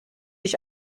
ich